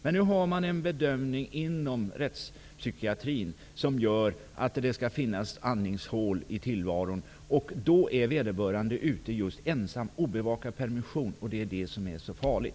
Men nu gör man inom rättspsykiatrin en bedömning att det skall finnas andningshål i tillvaron, och då är vederbörande ute ensam, på obevakad permission. Det är det som är så farligt.